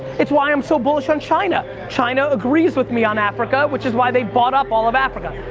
it's why i'm so bullshit on china. china agrees with me on africa, which is why they bought up all of africa.